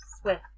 Swift